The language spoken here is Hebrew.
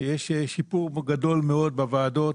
שיש שיפור גדול מאוד בוועדות